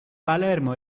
palermo